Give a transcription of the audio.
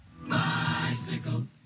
Bicycle